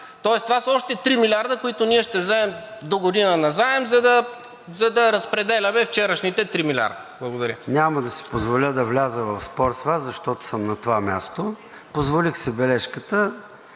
Тоест това са още 3 милиарда, които ще вземем догодина на- заем, за да разпределяме вчерашните 3 милиарда. Благодаря. ПРЕДСЕДАТЕЛ ЙОРДАН ЦОНЕВ: Няма да си позволя да вляза в спор с Вас, защото съм на това място. Позволих си бележката.